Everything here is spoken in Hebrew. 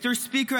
Mister Speaker,